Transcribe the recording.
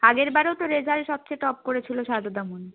আগেরবারেও তো রেজাল্ট সবচেয়ে টপ করেছিল সারদামণি